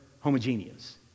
homogeneous